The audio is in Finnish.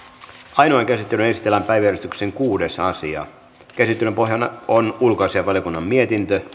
ainoaan käsittelyyn esitellään päiväjärjestyksen kuudes asia käsittelyn pohjana on ulkoasiainvaliokunnan mietintö